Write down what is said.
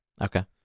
okay